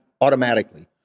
automatically